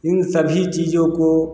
इन सभी चीज़ों को